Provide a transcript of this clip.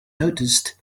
noticed